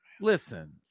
listen